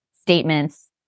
statements